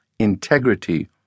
integrity